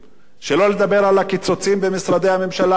שלא לדבר על הקיצוצים במשרדי הממשלה השונים,